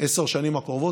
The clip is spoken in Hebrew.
עשר השנים הקרובות,